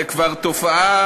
זו כבר תופעה,